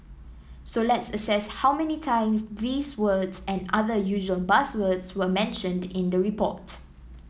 so let's assess how many times these words and other usual buzzwords were mentioned in the report